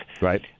Right